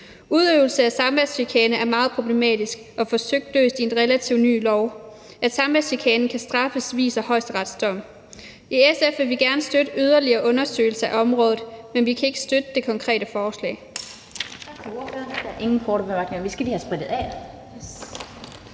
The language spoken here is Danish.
Udøvelse af samværschikane er meget problematisk og forsøgt løst i en relativt ny lov. At samværschikane kan straffes, viser en højesteretsdom. I SF vil vi gerne støtte yderligere undersøgelser af området, men vi kan ikke støtte det konkrete forslag.